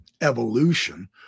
evolution